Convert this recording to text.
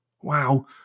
Wow